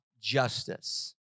justice